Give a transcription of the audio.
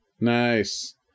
Nice